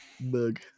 Bug